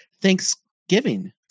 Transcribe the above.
Thanksgiving